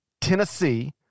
Tennessee